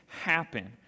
happen